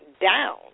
down